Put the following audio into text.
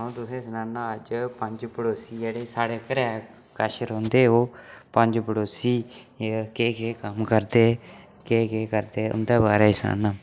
अ'ऊं तुसें सनाना अज्ज पंज पड़ोसी जेह्ड़े स्हाड़े घरै कश रौंह्दे ओह् पंज पड़ोसी एह् केह् केह् कम्म करदे केह् केह् करदे उं'दे बारे च सनाना